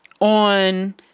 on